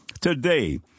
Today